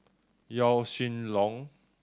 Yaw Shin Leong